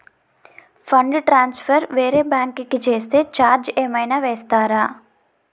Fund transfer వేరే bank కి చేస్తే ఛార్జ్ ఏమైనా వేస్తారా?